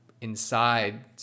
inside